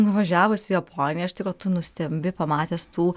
nuvažiavus į japoniją iš tikro tu nustembi pamatęs tų